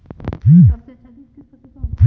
सबसे अच्छा दूध किस पशु का होता है?